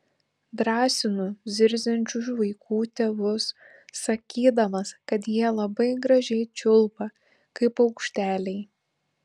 drąsinu zirziančių vaikų tėvus sakydamas kad jie labai gražiai čiulba kaip paukšteliai